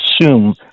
assume